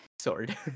Sword